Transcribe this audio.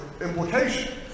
implications